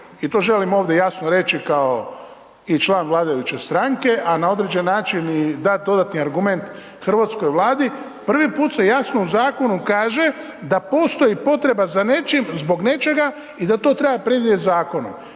i to želim ovdje jasno reći i kao član vladajuće stranke, a na određeni način i dat dodatni argument Hrvatskoj Vladi, prvi put se jasno u zakonu kaže da postoji potreba za nečim, zbog nečega i da to treba predvidjet zakonom.